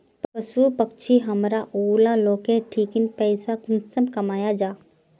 पशु पक्षी हमरा ऊला लोकेर ठिकिन पैसा कुंसम कमाया जा?